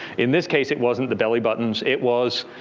in this case it wasn't the belly buttons. it was,